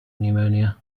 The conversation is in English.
pneumonia